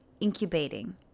incubating